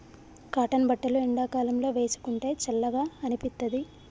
cotton బట్టలు ఎండాకాలం లో వేసుకుంటే చల్లగా అనిపిత్తది